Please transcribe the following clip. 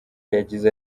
yagize